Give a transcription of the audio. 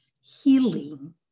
healing